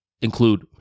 include